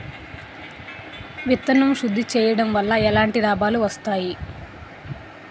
విత్తన శుద్ధి చేయడం వల్ల ఎలాంటి లాభాలు వస్తాయి?